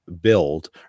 build